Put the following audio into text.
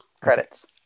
credits